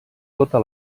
tota